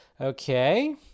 Okay